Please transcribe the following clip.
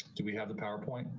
do we have the powerpoint.